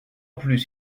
plus